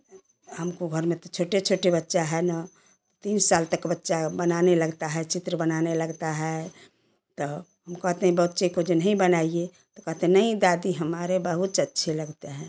हमको घर में तो छोटे छोटे बच्चा है ना तीन साल तक बच्चा बनाने लगता है चित्र बनाने लगता है तो हम कहते हैं बच्चे को जो नहीं बनाईए तो कहते नहीं दादी हमारे बहुत अच्छे लगते हैं